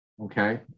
Okay